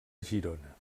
girona